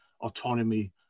autonomy